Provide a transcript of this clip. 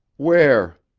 where?